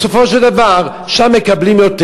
בסופו של דבר שם מקבלים יותר.